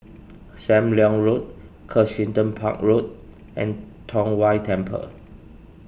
Sam Leong Road Kensington Park Road and Tong Whye Temple